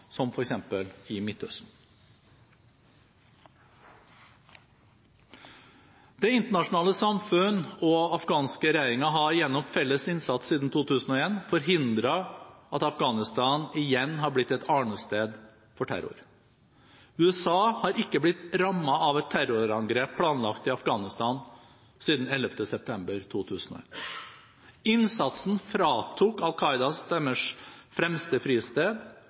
som f.eks. i Midtøsten. Det internasjonale samfunn og afghanske regjeringer har gjennom felles innsats siden 2001 forhindret at Afghanistan igjen har blitt et arnested for terror. USA har ikke blitt rammet av et terrorangrep planlagt i Afghanistan siden 11. september 2001. Innsatsen fratok Al Qaida deres fremste fristed